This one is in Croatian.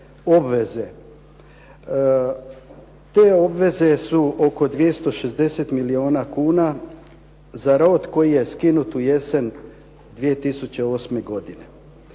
obveze. Te obveze su oko 260 milijuna kuna za rod koji je skinut u jesen 2008. godine.